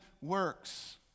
works